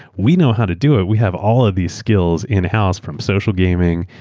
we know how to do it. we have all of these skills in house from social gaming,